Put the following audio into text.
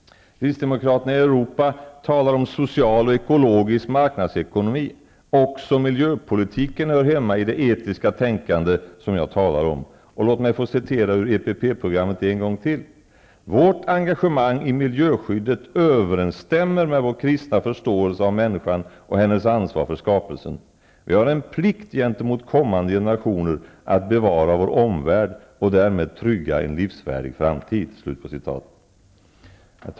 Kristdemokraterna i Europa talar om social och ekologisk marknadsekonomi. Också miljöpolitiken hör hemma i det etiska tänkande jag talar om. Jag citerar än en gång ur EPP-programmet: ''Vårt engagemang i miljöskyddet överensstämmer med vår kristna förståelse av människan och hennes ansvar för skapelsen. Vi har en plikt gentemot kommande generationer att bevara vår omvärld och därmed trygga en livsvärdig framtid.'' Herr talman!